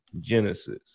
Genesis